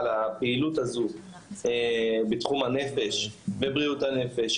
על הפעילות הזו בתחום הנפש ובריאות הנפש,